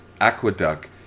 aqueduct